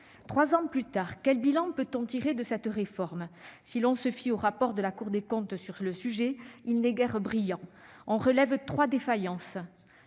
Trois ans plus tard, quel bilan peut-on tirer de cette réforme ? Si l'on se fie au rapport de la Cour des comptes sur le sujet, il n'est guère brillant ! On relève trois défaillances